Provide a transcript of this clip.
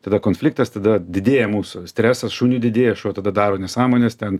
tada konfliktas tada didėja mūsų stresas šuniui didėja šuo tada daro nesąmones ten